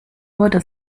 wurde